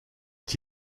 est